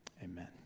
amen